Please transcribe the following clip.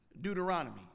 Deuteronomy